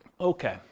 Okay